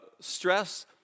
Stress